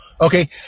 Okay